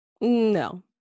no